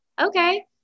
okay